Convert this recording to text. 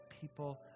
people